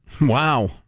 Wow